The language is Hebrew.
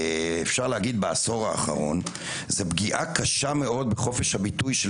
בעיקר בעשור האחרון ראיתי פגיעה קשה מאוד בחופש הביטוי של